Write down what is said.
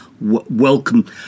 Welcome